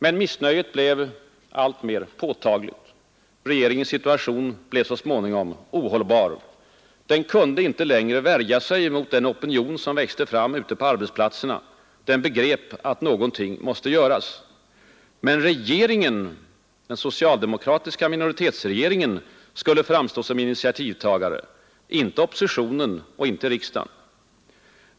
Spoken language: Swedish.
Men missnöjet blev alltmer påtagligt. Regeringens situation blev så småningom ohållbar. Den kunde inte längre värja sig mot den opinion som växte fram ute på arbetsplatserna. Den begrep att någonting måste göras. Men regeringen, den socialdemokratiska minoritetsregeringen, skulle framstå som initiativtagare — inte oppositionen och inte riksdagen.